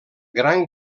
gran